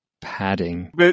padding